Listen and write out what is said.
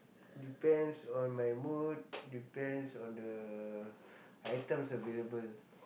depends on my mood depends on the items available